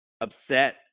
upset